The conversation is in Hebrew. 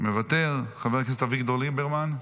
מוותר, חבר הכנסת אביגדור ליברמן,